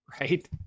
Right